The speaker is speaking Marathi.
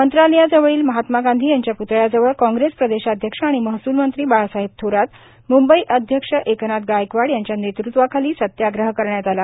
मंत्रालयाजवळील महात्मा गांधी यांच्या प्तळ्याजवळ काँग्रेस प्रदेशाध्यक्ष आणि महसूल मंत्री बाळासाहेब थोरात मूंबई अध्यक्ष एकनाथ गायकवाड यांच्या नेतृत्वाखाली सत्याग्रह करण्यात आला